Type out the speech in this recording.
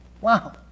Wow